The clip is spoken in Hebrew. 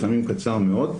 לפעמים קצר מאוד,